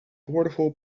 boordevol